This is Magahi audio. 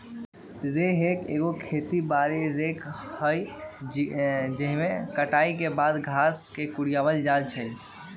हे रेक एगो खेती बारी रेक हइ जाहिमे कटाई के बाद घास के कुरियायल जाइ छइ